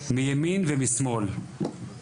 מימין ומשמאל,